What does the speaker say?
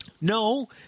No